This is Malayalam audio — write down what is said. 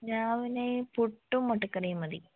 രാവിലെ പുട്ടും മൊട്ടക്കറിം മതി